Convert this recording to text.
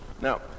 Now